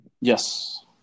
Yes